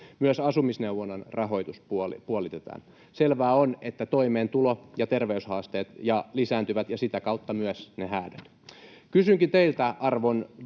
Myös asumisneuvonnan rahoituspuoli puolitetaan. Selvää on, että toimeentulo- ja terveyshaasteet lisääntyvät ja sitä kautta myös ne häädöt. Kysynkin teiltä, arvon